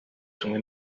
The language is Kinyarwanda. tumwe